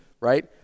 right